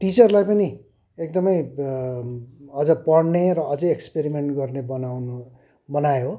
टिचरलाई पनि एकदमै अझ पढ्ने र अझै एक्सपेरिमेन्ट गर्ने बनाउनु बनायो